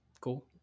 cool